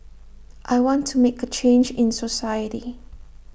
I want to make A change in society